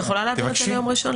את יכולה לבקש שזה יהיה ביום ראשון?